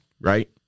right